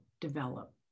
develop